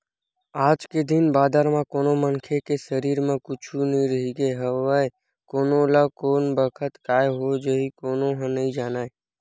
आज के दिन बादर म कोनो मनखे के सरीर म कुछु नइ रहिगे हवय कोन ल कोन बखत काय हो जाही कोनो ह नइ जानय